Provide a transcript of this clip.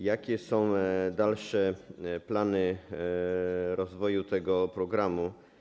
Jakie są dalsze plany rozwoju tego programu?